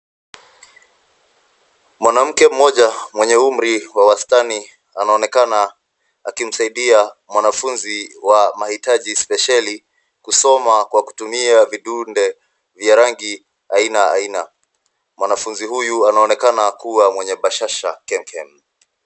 Mwanamke mmoja mwenye umri wa wastani anaonekana akimsaidia mwanafunzi wa mahitaji spesheli kusoma kwa kutumia vidude vya rangi aina aina. Mwanafunzi huyu anaonekana kuwa mwenye bashasha kem kem.